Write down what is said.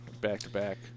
back-to-back